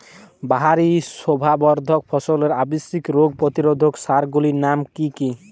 বাহারী শোভাবর্ধক ফসলের আবশ্যিক রোগ প্রতিরোধক সার গুলির নাম কি কি?